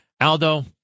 Aldo